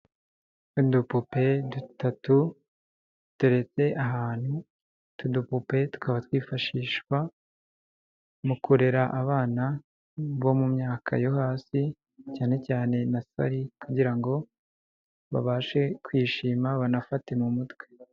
Udupupe dutatu duteretse ahantu, utu dupupe tukaba twifashishwa mu kurera abana bo mu myaka yo hasi, cyane cyane nasari, kugira ngo babashe kwishima banafate mu mutwe.